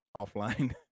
offline